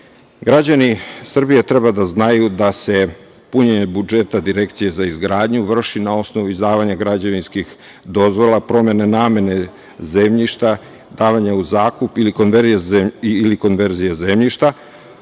Srbije. Građani Srbije treba da znaju da se punjenje budžeta Direkcije za izgradnju vrši na osnovu izdavanja građevinskih dozvola, promene namene zemljišta, davanja u zakup ili konverzije zemljišta,